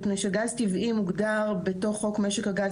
מפני שגז טבעי מוגדר בתוך חוק משק הגז